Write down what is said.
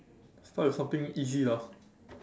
start with something easy lah